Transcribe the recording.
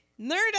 Nerd